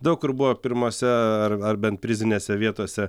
daug kur buvo pirmose ar ar bent prizinėse vietose